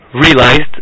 realized